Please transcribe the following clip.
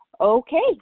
okay